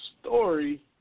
story